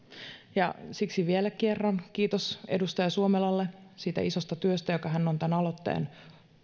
ja siksi vielä kerran kiitos edustaja suomelalle siitä isosta työstä jonka hän on tämän aloitteen